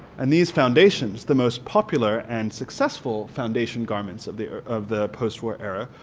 and these foundations, the most popular and successful foundation garments of the of the post-war era,